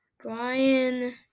Brian